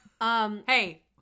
Hey